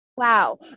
Wow